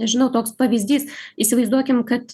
nežinau toks pavyzdys įsivaizduokim kad